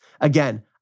Again